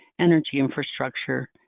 energy infrastructure,